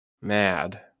Mad